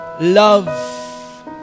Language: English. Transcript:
love